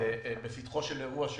בפתחו של אירוע,